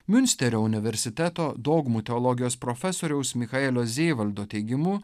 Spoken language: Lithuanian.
miunsterio universiteto dogmų teologijos profesoriaus michaelio zėvaldo teigimu